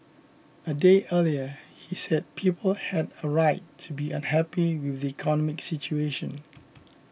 a day earlier he said people had a right to be unhappy economic situation